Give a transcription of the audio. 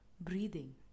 breathing